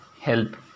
help